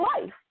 life